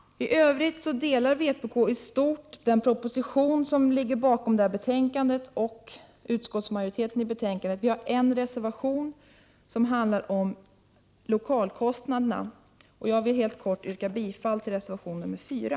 I övrigt delar vpk i stort sett de åsikter som är uttalade i den proposition som ligger bakom betänkandet och i utskottsmajoritetens hemställan. Vi har en reservation som handlar om lokalkostnaderna, och jag vill helt kort yrka bifall till reservation nr 4.